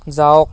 যাওক